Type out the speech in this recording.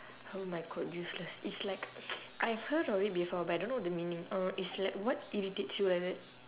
oh my god useless it's like I've heard of it before but I don't know the meaning uh it's like what irritates you like that